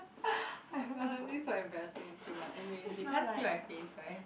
oh my God I feel so embarrassing okay but anyway they can't see my face right